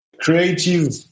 creative